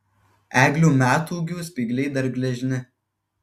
eglių metūgių spygliai dar gležni